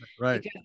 Right